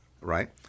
right